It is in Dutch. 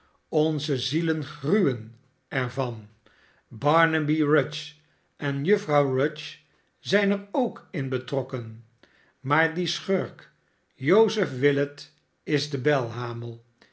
onze zielen gruwen er van barnaby rudge en juffrouw rudge zijn er ook in betrokken maar die schurk joseph willet is de belhamel